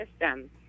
system